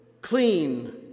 clean